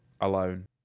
Alone